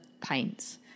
paints